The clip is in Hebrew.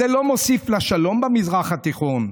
זה לא מוסיף לשלום במזרח התיכון.